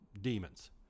demons